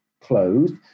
closed